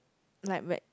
like whe~